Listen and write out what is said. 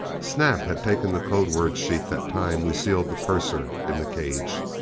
snap had taken the code word sheet that time we sealed the purser in the cage.